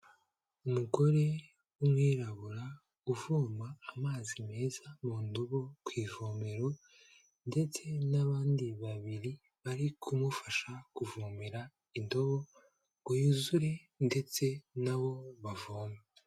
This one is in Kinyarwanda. Umugore w'umwirabura, uvoma amazi meza mu ndobo ku ivomero ndetse n'abandi babiri, bari kumufasha kuvomera indobo ngo yuzure ndetse na bo bavome.